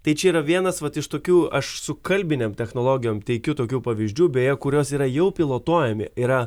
tai čia yra vienas vat iš tokių aš su kalbinėm technologijom teikiu tokių pavyzdžių beje kurios yra jau pilotuojami yra